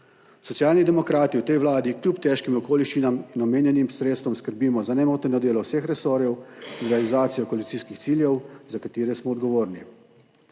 Socialni demokrati v tej vladi kljub težkim okoliščinam in omenjenim sredstvom skrbimo za nemoteno delo vseh resorjev in realizacijo koalicijskih ciljev, za katere smo odgovorni.